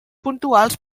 puntuals